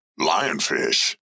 Lionfish